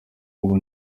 ubu